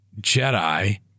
Jedi